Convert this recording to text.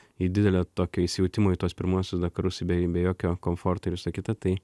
į didelę tokio įsijautimo į tuos pirmuosius dakarus į be be jokio komforto ir visa kita tai